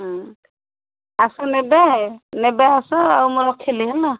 ହଁ ଆସ ନେବେ ନେବେ ଆସ ଆଉ ମୁଁ ରଖିଲି ହେଲା